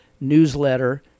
newsletter